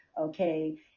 okay